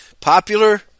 popular